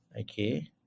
Okay